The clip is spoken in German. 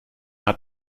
hat